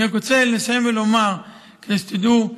אני רק רוצה לסיים ולומר, כדי שתדעו: